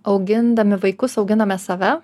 augindami vaikus auginame save